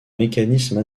mécanisme